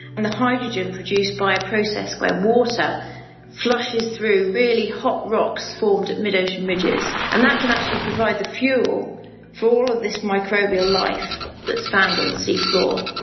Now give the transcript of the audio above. and the hydrogen produced by a process where water flushes through really hot rocks formed at mid-ocean ridges, and that can actually provide the fuel for all of this microbial life that's found on the sea floor.